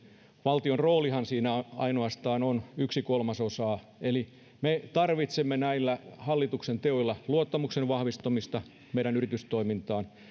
valtion roolihan siinä on ainoastaan yksi kolmasosa eli me tarvitsemme näillä hallituksen teoilla luottamuksen vahvistumista meidän yritystoimintaamme